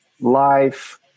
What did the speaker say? life